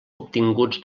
obtinguts